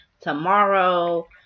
tomorrow